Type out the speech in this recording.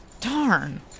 Darn